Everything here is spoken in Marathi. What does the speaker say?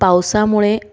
पावसामुळे